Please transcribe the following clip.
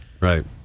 Right